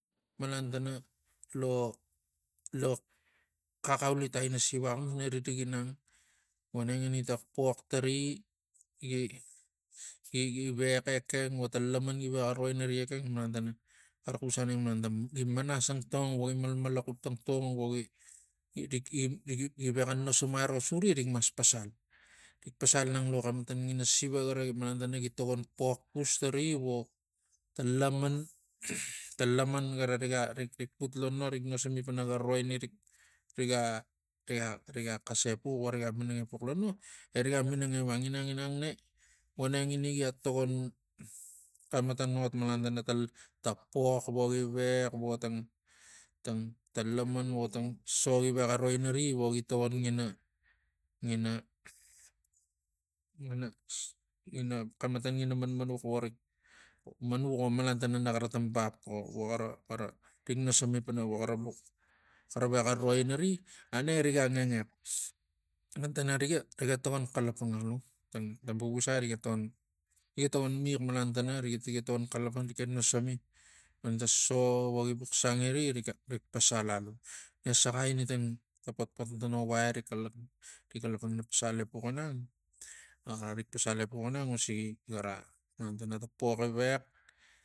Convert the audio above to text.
Malan tana lo- lo xaxaulitai ina siva axamas nari rik inang vonengini ta pox tari gi- gi- gi ves ekeng vo ta laman gi vexa ro inari ekeng malan tana xara xus aneng malan tana gi manas tangtong vo gi malaxup tangtong vo gi- gi rik- rik gi vexa nosom avo suri rik mas pasal rik pasal inang lo xematan ngina siva gava gi malan tana gi tokon pos pus tari vo ta laman ta laman gara riga rik- rik put lo no rik nasami pana rik ga riga xas epux vo riga minang epux lo no e riga minang evang inang inang na vonengini gia togon xematan ot malan tara ta pox vogi vex vo tang tang tang laman vo tang so gi vexa ro ina ri vogi togon ngina ngina ngina ngina xemata ngina manmanux vorik manux o malan tana naxara tang bap vo- vo xara xara rik nasami pana vo xara vux xara vexa ro inari aneng erik anginiak malan tana riga togon niax malan tana riga togon xalapang riken nasami nalan ta so vogi bux sangiri rigon rik pasal alu e saxai ina tang rik- rik xalapang pasal expux inang rik pasal epux ina a rik pasal expux inang usigi gara malan tana ta pox gi vex